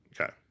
Okay